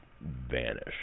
vanish